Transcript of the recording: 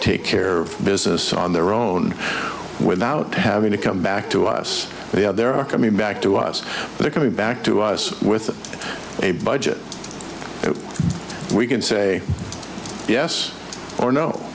take care of business on their own without having to come back to us they are there are coming back to us they're coming back to us with a budget so we can say yes or no